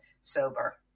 sober